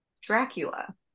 dracula